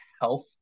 health